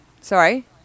Sorry